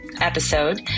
episode